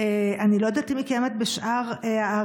אני לא יודעת אם היא קיימת בשאר הארץ,